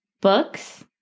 books